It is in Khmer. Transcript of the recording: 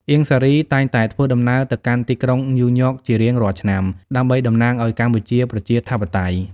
អៀង សារី តែងតែធ្វើដំណើរទៅកាន់ទីក្រុងញូវយ៉កជារៀងរាល់ឆ្នាំ ដើម្បីតំណាងឱ្យកម្ពុជាប្រជាធិបតេយ្យ។